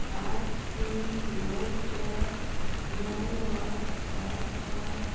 आठ तीन णव चार णव आठ सात आठ